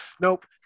Nope